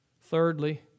thirdly